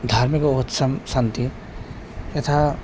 धार्मिक उत्सवाः सन्ति यथा